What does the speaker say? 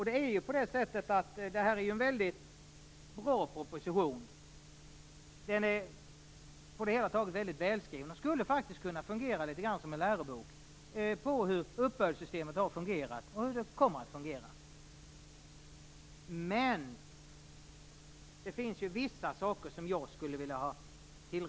Det här är ju en väldigt bra proposition. Den är på det hela taget väldigt välskriven. Den skulle faktiskt kunna fungera litet grand som en lärobok om hur uppbördssystemet har fungerat och om hur det kommer att fungera. Men det finns vissa saker som jag skulle vilja rätta till.